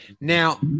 Now